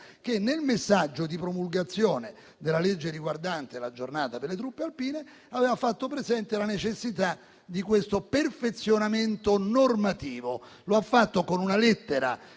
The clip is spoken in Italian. che, nel messaggio di promulgazione della legge riguardante la Giornata per le truppe alpine, aveva fatto presente la necessità di questo perfezionamento normativo. Egli lo ha fatto con una lettera